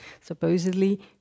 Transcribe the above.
supposedly